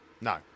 No